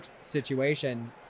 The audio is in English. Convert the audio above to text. situation